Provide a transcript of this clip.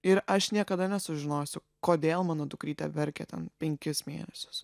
ir aš niekada nesužinosiu kodėl mano dukrytė verkė ten penkis mėnesius